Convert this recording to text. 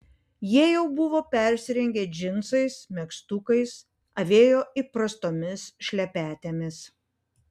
jie jau buvo persirengę džinsais megztukais avėjo įprastomis šlepetėmis